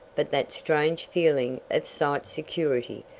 but that strange feeling of sight-security,